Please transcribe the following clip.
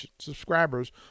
subscribers